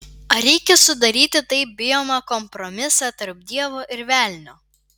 ar reikia sudaryti taip bijomą kompromisą tarp dievo ir velnio